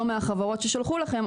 לא מהחברות ששלחו לכם,